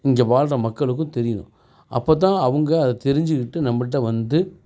இங்கே வாழ்கிற மக்களுக்கும் தெரியும் அப்போத்தான் அவங்க அதை தெரிஞ்சிக்கிட்டு நம்மள்கிட வந்து